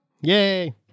Yay